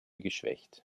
geschwächt